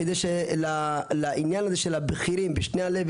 כדי שלעניין הזה של הבכירים בשתי הרמות,